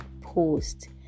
post